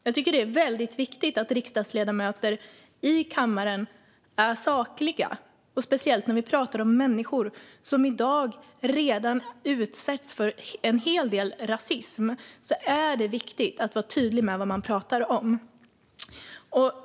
Jag tycker att det är viktigt att riksdagsledamöter är sakliga i kammaren. Speciellt när vi pratar om människor som redan i dag utsätts för en hel del rasism är det viktigt att vara tydlig med vad man pratar om.